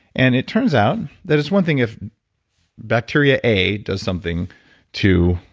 and it turns out that it's one thing if bacteria a does something to,